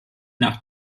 nach